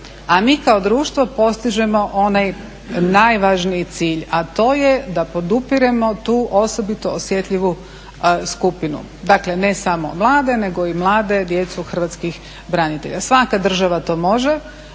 a mi kao društvo postižemo onaj najvažniji cilj a to je da podupiremo tu osobito osjetljivu skupinu. Dakle ne samo mlade nego i mlade djecu hrvatskih branitelja. Svaka država to može.